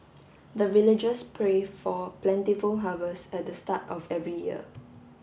the villagers pray for plentiful harvest at the start of every year